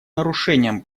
нарушением